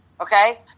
okay